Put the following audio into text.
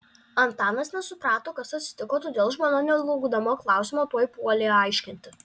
antanas nesuprato kas atsitiko todėl žmona nelaukdama klausimo tuoj puolė aiškinti